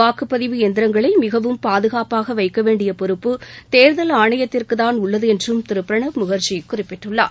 வாக்குப்பதிவு இயந்திரங்களை மிகவும் பாதகாப்பாக வைக்க வேண்டிய பொறுப்பு தேர்தல் ஆணையத்துக்குத்தான் உள்ளது என்றும் திரு பிரணாப் முகர்ஜி குறிப்பிட்டுள்ளார்